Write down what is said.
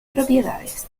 propiedades